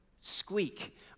squeak